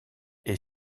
est